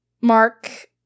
Mark